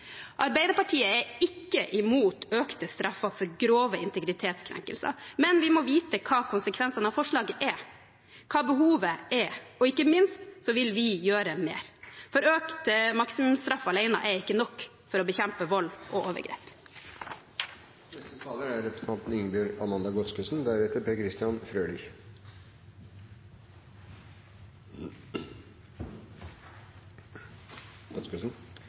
Arbeiderpartiet er ikke imot økte straffer for grove integritetskrenkelser, men vi må vite hva konsekvensene av forslaget er, og hva behovet er – og ikke minst vil vi gjøre mer, for økte maksimumsstraffer alene er ikke nok for å bekjempe vold og